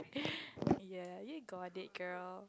ya you got it girl